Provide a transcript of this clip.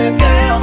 girl